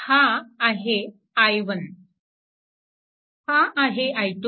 हा आहे i1 हा आहे i2